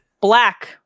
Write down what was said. Black